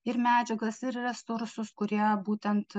ir medžiagas ir resursus kurie būtent